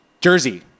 Jersey